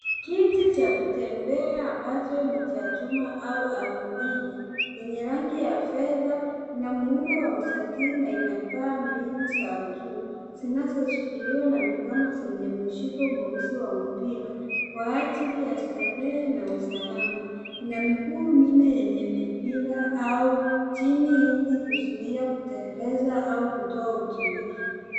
Kitu cha kutembea amacho ni cha chuma au alumini, lenye rangi ya fedha na muundo wa mstatili na ina paa mbili za juu zinazoshikiliwa na mikono zenye mshiko mweusi wa mipira kwa ajili ya starehe na usalama. Ina miguu minne yenye mipira au chini ili kuzuia kuteleza au kutoa utulivu.